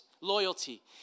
loyalty